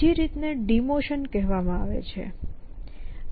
બીજી રીત ને ડિમોશન કહેવામાં આવે છે